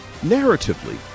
Narratively